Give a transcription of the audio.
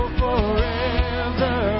forever